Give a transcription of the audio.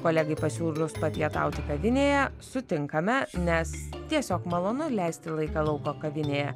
kolegai pasiūlymus papietauti kavinėje sutinkame nes tiesiog malonu leisti laiką lauko kavinėje